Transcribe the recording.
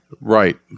Right